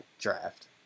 draft